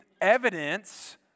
evidence